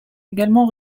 également